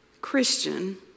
Christian